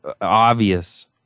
obvious